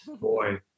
Boy